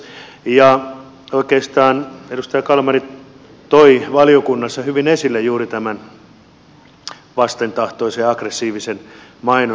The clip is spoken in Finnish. oikeastaan edustaja kalmari toi valiokunnassa hyvin esille juuri tämän vastentahtoisen ja aggressiivisen mainonnan